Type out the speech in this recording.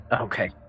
Okay